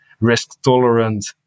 risk-tolerant